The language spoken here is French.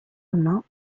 humain